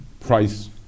price